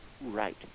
Right